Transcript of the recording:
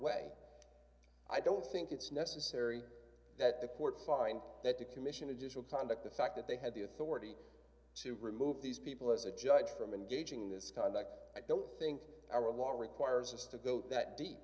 way i don't think it's necessary that the court find that the commission additional conduct the fact that they had the authority to remove these people as a judge from engaging in this conduct i don't think our law requires us to go that deep